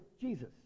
Jesus